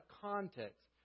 context